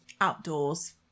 Outdoors